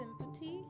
sympathy